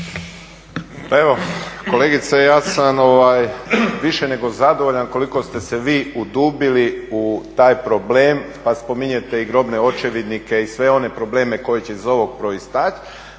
evo, kolegice ja sam više nego zadovoljan kolik ste se vi udubili u taj problem pa spominjete i grobne očevidnike i sve one probleme koji će iz ovoga proizaći